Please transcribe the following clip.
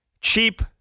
cheap